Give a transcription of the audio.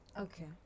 Okay